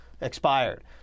expired